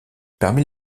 parmi